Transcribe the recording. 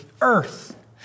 earth